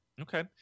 Okay